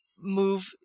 move